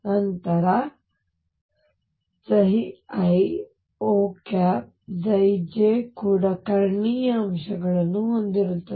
ನಂತರ ⟨iOj⟩ ಕೂಡ ಕರ್ಣೀಯ ಅಂಶಗಳನ್ನು ಹೊಂದಿರುತ್ತದೆ